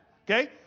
Okay